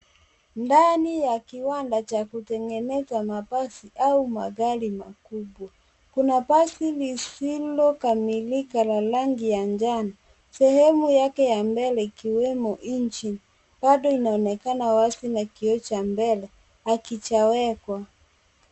Ndani ya kiwanda cha kutengeneza mabasi au magari makubwa. Kuna basi lisilokamilika la rangi ya njano, sehemu yake ya mbele ikiwemo engine bado inaonekana wazi, na kioo cha mbele hakijawekwa.